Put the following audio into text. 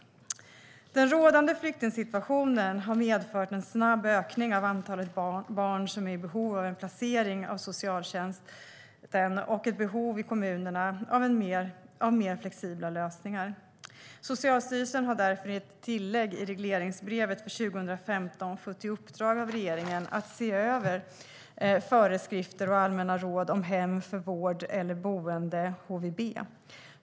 Den rådande flyktingsituationen har medfört en snabb ökning av antalet barn som är i behov av en placering av socialtjänsten och ett behov i kommunerna av mer flexibla lösningar. Socialstyrelsen har därför i ett tillägg i regleringsbrevet för 2015 fått i uppdrag av regeringen att se över föreskrifter och allmänna råd om hem för vård eller boende, HVB.